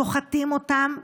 שוחטים אותם,